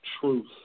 truth